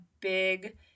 big